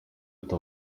ati